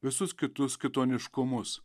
visus kitus kitoniškumus